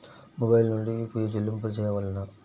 Mobile నుండే UPI చెల్లింపులు చేయవలెనా?